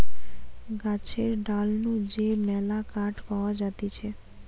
গাছের ডাল নু যে মেলা কাঠ পাওয়া যাতিছে